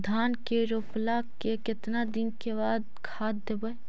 धान के रोपला के केतना दिन के बाद खाद देबै?